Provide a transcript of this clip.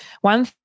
one